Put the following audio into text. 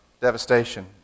devastation